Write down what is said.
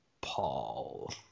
Paul